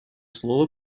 слово